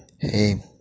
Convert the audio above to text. hey